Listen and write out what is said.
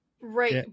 Right